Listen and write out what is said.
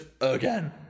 again